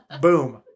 Boom